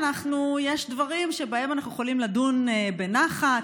יש דברים שבהם אנחנו יכולים לדון בנחת,